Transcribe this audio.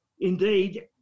Indeed